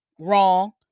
wrong